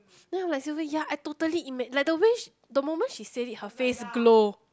then I'm like Sylvia ya I totally ima~ like the way she the moment she said it her face glow